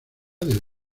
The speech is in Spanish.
del